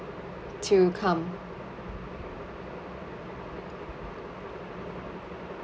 to come